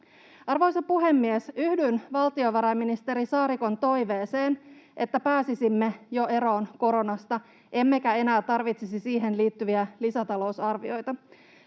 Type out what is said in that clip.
Arvoisa puhemies! Yhdyn valtiovarainministeri Saarikon toiveeseen, että pääsisimme jo eroon koronasta emmekä enää tarvitsisi siihen liittyviä lisätalousarvioita.